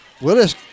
Willis